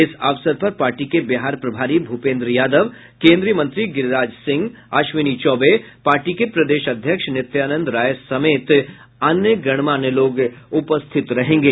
इस अवसर पर पार्टी के बिहार प्रभारी भूपेंद्र यादव केंद्रीय मंत्री गिरिराज सिंह अश्विनी चौबे पार्टी के प्रदेश अध्यक्ष नित्यानंद राय समेत अन्य गणमान्य लोग उपस्थित रहेंगे